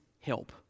help